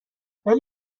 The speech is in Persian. ولی